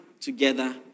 together